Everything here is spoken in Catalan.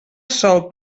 sòl